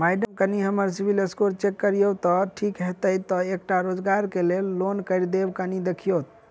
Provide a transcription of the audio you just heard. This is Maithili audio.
माइडम कनि हम्मर सिबिल स्कोर चेक करियो तेँ ठीक हएत ई तऽ एकटा रोजगार केँ लैल लोन करि देब कनि देखीओत?